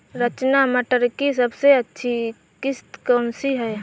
रचना मटर की सबसे अच्छी किश्त कौन सी है?